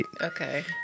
Okay